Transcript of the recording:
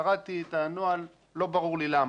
קראתי את הנוהל, לא ברור לי למה.